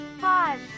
Five